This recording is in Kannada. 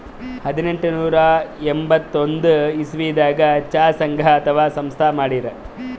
ಹದನೆಂಟನೂರಾ ಎಂಬತ್ತೊಂದ್ ಇಸವಿದಾಗ್ ಚಾ ಸಂಘ ಅಥವಾ ಸಂಸ್ಥಾ ಮಾಡಿರು